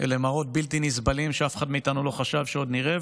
הם מראות בלתי נסבלים שאף אחד מאיתנו לא חשב שעוד נראה,